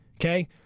Okay